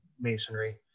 masonry